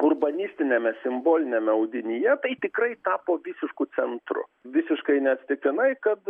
urbanistiniame simboliniame audinyje tai tikrai tapo visišku centru visiškai neatsitiktinai kad